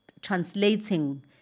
translating